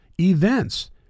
events